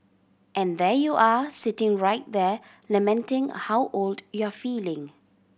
and there you are sitting right there lamenting how old you're feeling